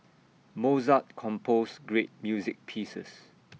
Mozart composed great music pieces